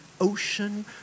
ocean